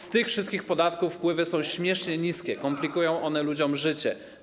Z tych wszystkich podatków wpływy są śmiesznie niskie, komplikują one ludziom życie.